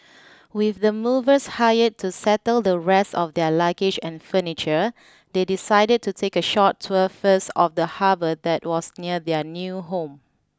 with the movers hired to settle the rest of their luggage and furniture they decided to take a short tour first of the harbour that was near their new home